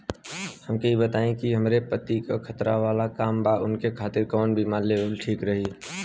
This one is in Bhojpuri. हमके ई बताईं कि हमरे पति क खतरा वाला काम बा ऊनके खातिर कवन बीमा लेवल ठीक रही?